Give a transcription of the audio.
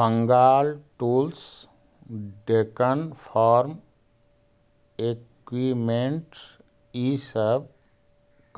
Bengal tools, Deccan farm equipments इ सब